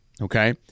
Okay